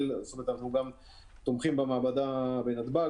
אנחנו גם תומכים במעבדה בנתב"ג.